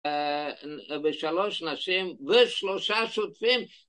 בשלוש נשים ושלושה שותפים